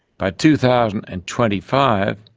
by two thousand and twenty five,